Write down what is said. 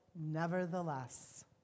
nevertheless